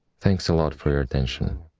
thanks a lot for your attention.